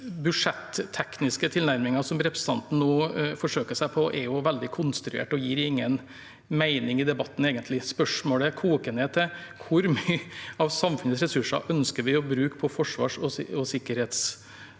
budsjet- tekniske tilnærmingen som representanten nå forsøker seg på, er veldig konstruert og gir egentlig ingen mening i debatten. Spørsmålet koker ned til: Hvor mye av samfunnets ressurser ønsker vi å bruke på forsvars- og sikkerhetsformål?